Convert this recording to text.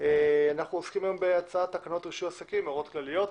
אנחנו עוסקים היום בהצעת תקנות רישוי עסקים (הוראות כלליות)